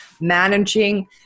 managing